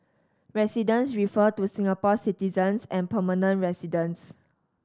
residents refer to Singapore citizens and permanent residents